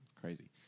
Crazy